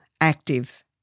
active